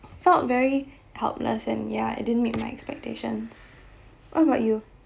felt very helpless and ya it didn't meet my expectations what about you